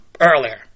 earlier